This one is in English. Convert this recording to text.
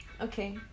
Okay